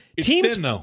Teams